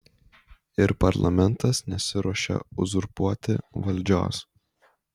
ir parlamentas nesiruošia uzurpuoti valdžios